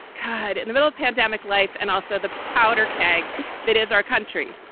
cut in the middle of pandemic life and also the powder keg that is our country.